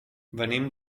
venim